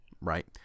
right